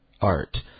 art